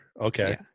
okay